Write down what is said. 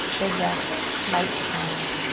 big breath, slight smile.